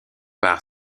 par